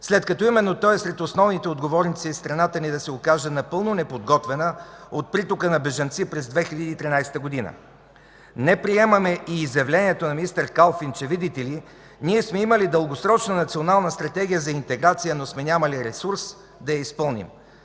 след като именно той е сред основните отговорници страната ни да се окаже напълно неподготвена за притока на бежанци през 2013 г. Не приемаме и изявлението на министър Калфин, че, видите ли, ние сме имали дългосрочна Национална стратегия за интеграция, но сме нямали ресурс да я изпълним.